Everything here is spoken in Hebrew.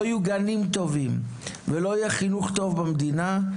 לא יהיו גנים טובים ולא יהיה חינוך טוב במדינה.